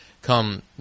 come